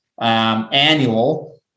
annual